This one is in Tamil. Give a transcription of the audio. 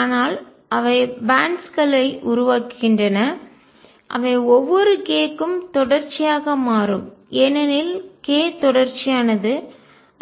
ஆனால் அவை பேன்ட்ஸ் பட்டைகள் களை உருவாகின்றன அவை ஒவ்வொரு k க்கும் தொடர்ச்சியாக மாறும் ஏனெனில் k தொடர்ச்சியானது